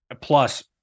plus